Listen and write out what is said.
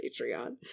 patreon